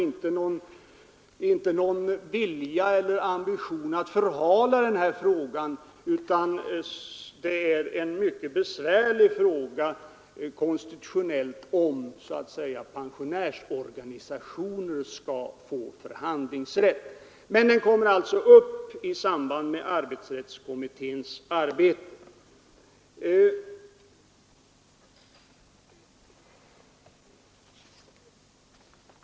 Det finns inte någon ambition att förhala lösningen av den här frågan, utan det är besvärligt rent konstitutionellt att avgöra om pensionärsorganisationen skall få förhandlingsrätt. Men frågan kommer alltså att tas upp i samband med resultatet av arbetsrättskommitténs arbete.